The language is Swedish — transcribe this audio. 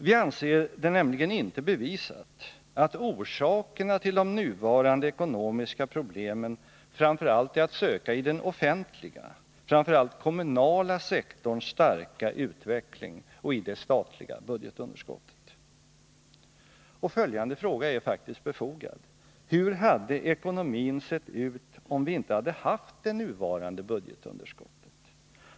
Vi anser det nämligen inte bevisat att orsakerna till de nuvarande ekonomiska problemen framför allt är att söka i den offentliga och särskilt den kommunala sektorns starka utveckling och i det statliga budgetunderskottet. Följande fråga är faktiskt befogad: Hur hade ekonomin sett ut om vi inte hade haft det nuvarande budgetunderskottet?